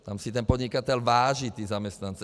Tam si ten podnikatel váží zaměstnanců.